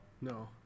No